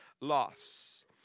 loss